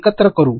एकत्र करू